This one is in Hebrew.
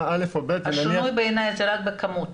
א' או ב' --- השינוי בעיניי זה רק בכמות.